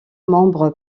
membre